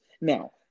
now